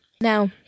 Now